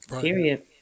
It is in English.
Period